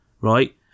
Right